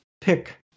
pick